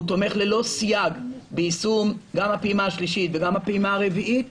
הוא תומך ללא סייג ביישום הפעימה השלישית והפעימה הרביעית.